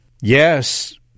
yes